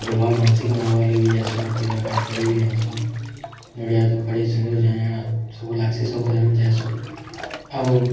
ଗୁଟେ ଭଲ୍ ମାନସିକ୍ ମାଙ୍ଗ୍ବାର୍ ଲାଗି ବି ଯାଏସୁଁ ପୂଜାପାଠ କରି କିରି ଆସୁଁ ନଡ଼ିଆ ଧୂପକାଠି ସିନ୍ଦୁର ଜାଣା ଜାଣା ସବୁ ଲାଗ୍ସି ସବୁ ଧରିକରି ଯାଏସୁଁ ଆଉ